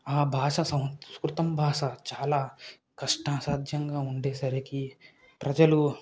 ఆ భాష సంస్కృతం భాష చాలా కష్ట సాధ్యంగా ఉండేసరికి ప్రజలు